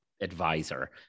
Advisor